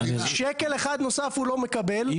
שקל אחד נוסף הוא לא מקבל.